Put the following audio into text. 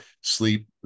sleep